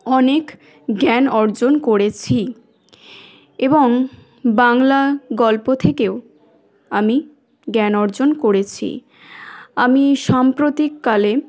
অনেক জ্ঞান অর্জন করেছি এবং বাংলা গল্প থেকেও আমি জ্ঞান অর্জন করেছি আমি সাম্প্রতিককালে